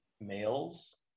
males